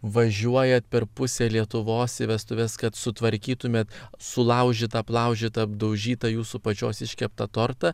važiuojat per pusę lietuvos į vestuves kad sutvarkytumėt sulaužytą aplaužytą apdaužytą jūsų pačios iškeptą tortą